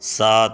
سات